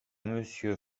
monsieur